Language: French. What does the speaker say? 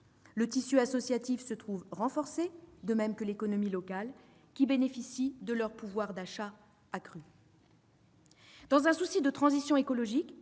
Le tissu associatif se trouve renforcé, de même que l'économie locale, qui bénéficie de leur pouvoir d'achat accru. Dans un souci de transition écologique,